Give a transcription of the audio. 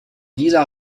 dieser